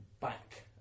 back